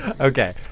Okay